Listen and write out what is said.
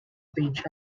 page